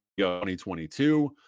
2022